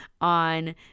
on